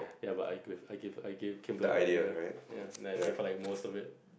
ya but I give I give I give the idea ya then I pay for like most of it